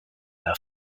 der